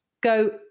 go